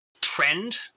trend